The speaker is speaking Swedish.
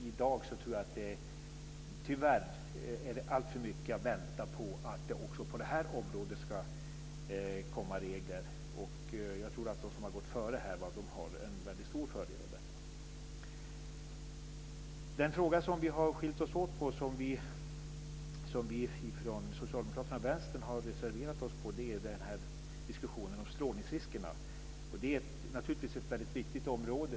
I dag finns det tyvärr alltför mycket av väntan på att det också på detta område ska komma regler. Jag tror att de som har gått före här har en stor fördel av det. Den fråga och diskussion där vi har skilt oss åt och där vi från Socialdemokraterna och Vänstern har reserverat oss gäller strålningsriskerna. Det är naturligtvis ett mycket viktigt område.